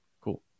cool